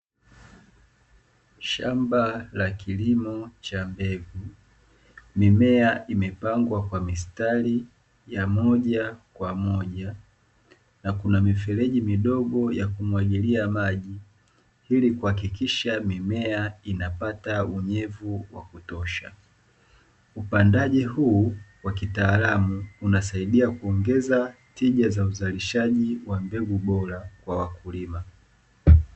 Shamba la kilimo cha mbegu, mimea imepangwa kwa mistari ya moja kwa moja na kuna mifereji midogo ya kumwagilia maji ili kuhakikisha mimea inapata unyevu wa kutosha. Upandaji huu wa kitaalamu unasaidia kuongeza tija za uzalishaji wa mbegu bora kwa wakulima.